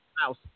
mouse